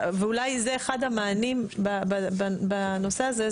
ואולי זה אחד המענים בנושא הזה,